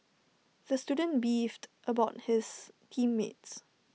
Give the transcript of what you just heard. the student beefed about his team mates